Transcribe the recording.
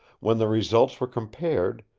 when the results were compared,